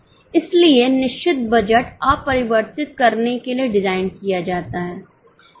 इसलिए निश्चित बजट अपरिवर्तित करने के लिए डिज़ाइन किया जाता है